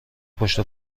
پشت